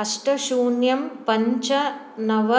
अष्ट शून्यं पञ्च नव